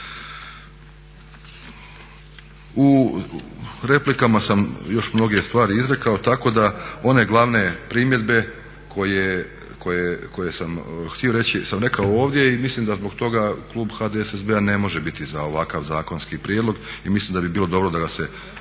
U replikama sam još mnoge stvari izrekao tako da one glavne primjedbe koje sam htio reći sam rekao ovdje i mislim da zbog toga klub HDSSB-a ne može biti za ovakav zakonski prijedlog i mislim da bi bilo dobro da ga se